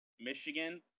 Michigan